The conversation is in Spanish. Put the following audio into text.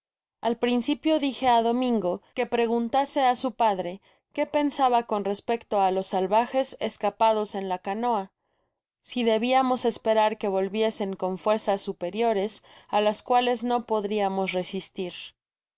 al principio dije á domingo que preguntase á su padre que pensaba con respecto á los salvajes escapados en la canoa si debiamos esperar que volviesen con fuerzas superiores á las cuales no podriamos resistir